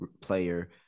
player